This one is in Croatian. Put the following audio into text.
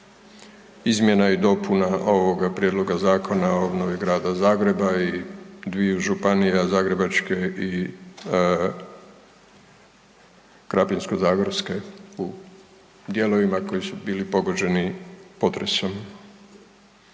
izmjena i dopuna ovoga prijedloga Zakona o obnovi Grada Zagreba i dviju županija, Zagrebačke i Krapinsko-zagorske u dijelovima koji su bili pogođeni potresom.